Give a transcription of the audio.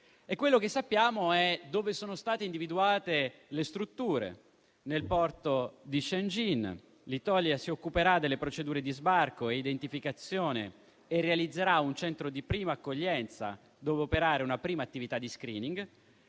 di euro. Sappiamo anche dove sono state individuate le strutture: nel porto di Shengjin, l'Italia si occuperà delle procedure di sbarco e identificazione e realizzerà un centro di prima accoglienza, dove operare una prima attività di *screening*;